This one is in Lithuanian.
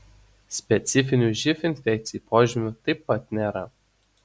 specifinių živ infekcijai požymių taip pat nėra